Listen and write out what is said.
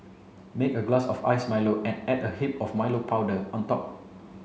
make a glass of iced Milo and add a heap of Milo powder on top